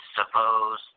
suppose